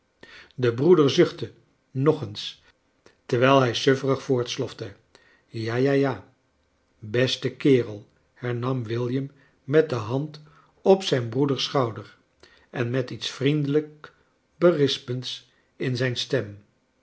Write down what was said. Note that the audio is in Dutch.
de broeder zuchtte nog eens terwijl hij sufferig voortslofte ja ja ja beste kerel hernam william met de hand op zijn broeders schouder en met iets vriendelijk berispends in zijn stem